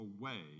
away